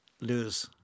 lose